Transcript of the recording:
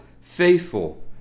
faithful